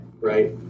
right